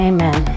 Amen